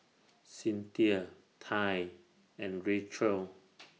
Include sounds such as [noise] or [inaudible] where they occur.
Cynthia Tai and Rachelle [noise]